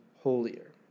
holier